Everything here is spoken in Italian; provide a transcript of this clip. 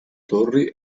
torri